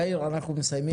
יאיר אנחנו מסיימים?